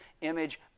image